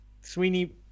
Sweeney